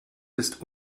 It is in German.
ist